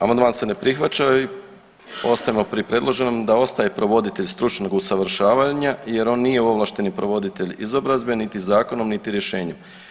Amandman se ne prihvaća i ostajemo pri predloženom da ostaje provoditelj stručnog usavršavanja jer on nije ovlašteni prevoditelj izobrazbe niti zakonom niti rješenjem.